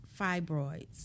fibroids